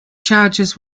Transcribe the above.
charges